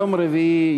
יום רביעי,